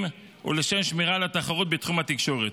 ולשם שמירה על התחרות בתחום התקשורת.